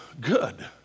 good